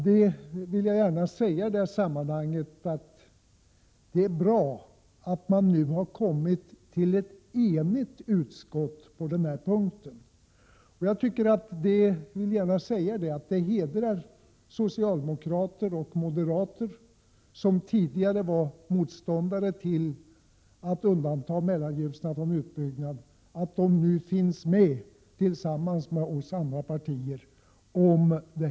Jag vill gärna säga i detta sammanhang att det är bra att man nu har kommit fram till enighet i utskottet på denna punkt. Det hedrar socialdemokrater och moderater, som tidigare var motståndare till att undanta Mellanljusnan från utbyggnad, att de nu gör detta ställningstagande tillsammans med oss andra partier.